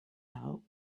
help